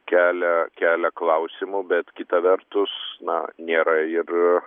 kelia kelia klausimų bet kita vertus na nėra ir